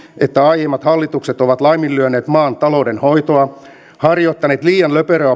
että aiemmat hallitukset ovat laiminlyöneet maan talouden hoitoa harjoittaneet liian löperöä